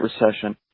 Recession